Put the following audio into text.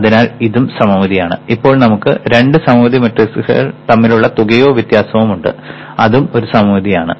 അതിനാൽ ഇതും സമമിതിയാണ് ഇപ്പോൾ നമുക്ക് രണ്ട് സമമിതി മെട്രിക്സുകൾ തമ്മിലുള്ള തുകയോ വ്യത്യാസമോ ഉണ്ട് അതും ഒരു സമമിതി ആണ്